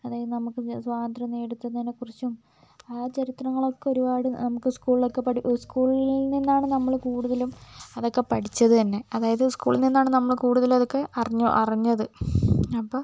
അതായത് നമുക്ക് സ്വാതന്ത്രം നേടിത്തന്നതിനെ കുറിച്ചും ആ ചരിത്രങ്ങളൊക്കെ ഒരുപാട് നമുക്ക് സ്കൂളിലോക്കെ പഠിച്ചു സ്കൂളിൽ നിന്നാണ് നമ്മൾ കൂടുതലും അതൊക്കെ പഠിച്ചത് തന്നെ അതായത് സ്കൂളിന്നാണ് നമ്മൾ കൂടുതലതൊക്കെ അറിഞ്ഞത് അറിഞ്ഞത് അപ്പോൾ